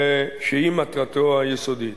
שהיא מטרתו היסודית.